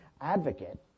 advocate